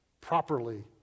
properly